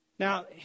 Now